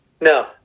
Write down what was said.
No